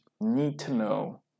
need-to-know